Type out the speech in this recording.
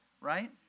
right